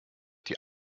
die